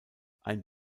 ein